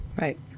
Right